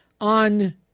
on